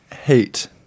hate